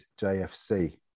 JFC